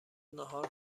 نهار